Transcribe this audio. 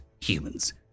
humans